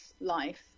life